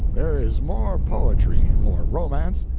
there is more poetry, more romance,